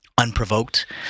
unprovoked